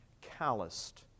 calloused